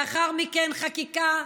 לאחר מכן חקיקה,